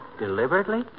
Deliberately